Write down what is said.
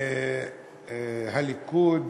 מהליכוד